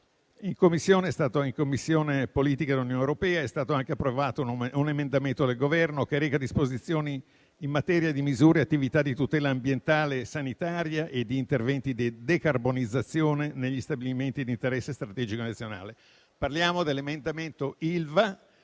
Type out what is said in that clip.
In Commissione politiche dell'Unione europea è stato anche approvato un emendamento del Governo che reca disposizioni in materia di misure e attività di tutela ambientale e sanitaria e di interventi di decarbonizzazione negli stabilimenti di interesse strategico nazionale. Parliamo dell'emendamento Ilva,